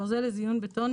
ברזל לזיון בטון,